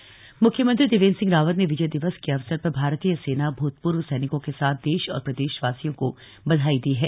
विजय दिवस बधाई मुख्यमंत्री त्रिवेन्द्र सिंह रावत ने विजय दिवस के अवसर पर भारतीय सेना भूतपूर्व सैनिकों के साथ देश एवं प्रदेश वासियों को बधाई दी है